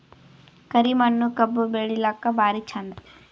ಕರಿ ಮಣ್ಣು ಕಬ್ಬು ಬೆಳಿಲ್ಲಾಕ ಭಾರಿ ಚಂದ?